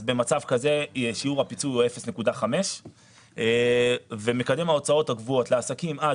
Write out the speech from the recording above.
במצב כזה שיעור הפיצוי הוא 0.5 ומקדם ההוצאות הקבועות לעסקים עד